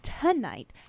tonight